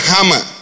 Hammer